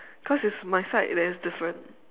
cause it's my side that is different